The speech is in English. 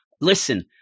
listen